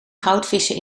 goudvissen